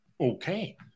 Okay